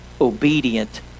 obedient